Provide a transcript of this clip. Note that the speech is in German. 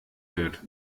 wird